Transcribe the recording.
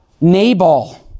Nabal